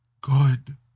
good